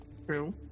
true